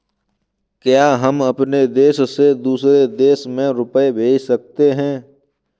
क्या हम अपने देश से दूसरे देश में रुपये भेज सकते हैं?